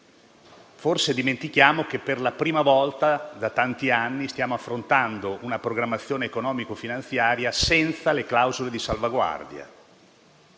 Forse dimentichiamo che per la prima volta da tanti anni stiamo affrontando una programmazione economico-finanziaria senza le clausole di salvaguardia,